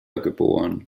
geboren